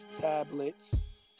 tablets